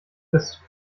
bist